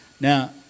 Now